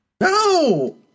No